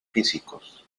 físicos